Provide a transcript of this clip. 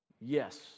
Yes